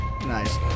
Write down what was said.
Nice